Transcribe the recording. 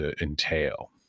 entail